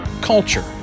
culture